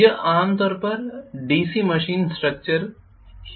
यह आम तौर पर डीसी मशीन स्ट्रक्चर ही है